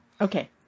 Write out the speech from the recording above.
Okay